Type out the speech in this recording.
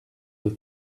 will